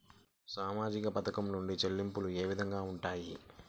సామాజిక పథకం నుండి చెల్లింపులు ఏ విధంగా ఉంటాయి?